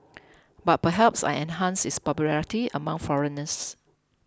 but perhaps I enhanced its popularity among foreigners